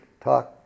talk